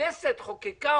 הכנסת חוקקה,